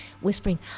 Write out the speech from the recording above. whispering